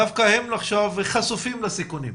דווקא הם עכשיו חשופים לסיכונים.